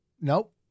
Nope